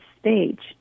stage